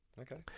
Okay